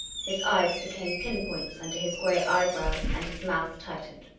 his eyes became pin-points under his grey eyebrows and his mouth tightened,